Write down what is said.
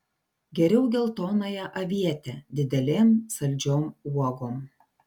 geriau geltonąją avietę didelėm saldžiom uogom